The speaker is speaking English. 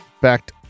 back